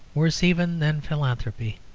worse even than philanthropy.